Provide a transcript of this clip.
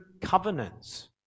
covenants